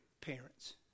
parents